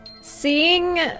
Seeing